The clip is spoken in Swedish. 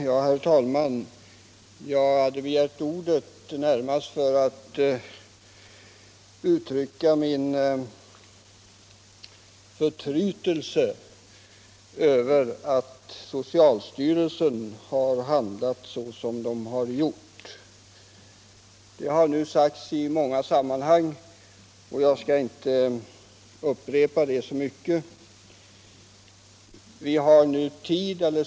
Herr talman! Jag begärde ordet närmast för att uttrycka min förtrytelse över att socialstyrelsen har handlat så som den gjort. Det har nu sagts i många sammanhang, och jag skall inte upprepa det så mycket.